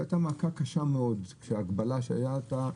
זאת היתה מכה קשה מאוד ההגבלה שהיתה,